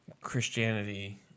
Christianity